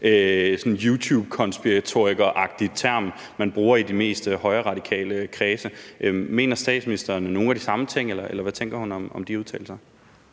YouTubekonspiratorikeragtig term, man bruger i de mest højreradikale kredse? Mener statsministeren nogle af de samme ting, eller hvad tænker hun om de udtalelser?